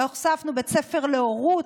הוספנו בית ספר להורות,